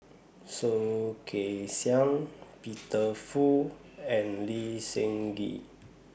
Soh Kay Siang Peter Fu and Lee Seng Gee